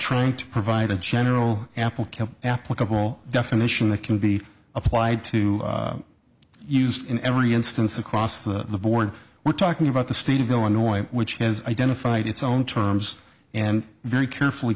trying to provide a general ample kept applicable definition that can be applied to used in every instance across the board we're talking about the state of illinois which has identified its own terms and very carefully